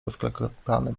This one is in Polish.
rozklekotane